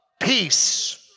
peace